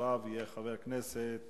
אחריו יהיה חבר הכנסת